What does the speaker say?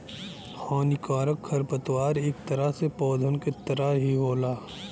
हानिकारक खरपतवार इक तरह से पौधन क तरह ही होला